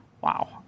wow